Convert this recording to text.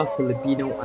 Filipino